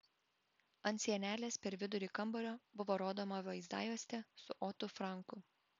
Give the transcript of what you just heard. ant sienelės per vidurį kambario buvo rodoma vaizdajuostė su otu franku